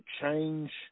change